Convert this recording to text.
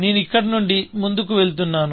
నేను ఇక్కడి నుండి ముందుకు వెళ్తున్నాను